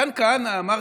מתן כהנא אמר,